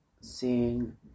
seeing